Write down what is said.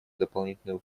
дополнительную